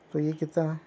تو یہ کتنا